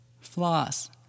Floss